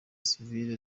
sivile